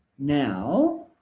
now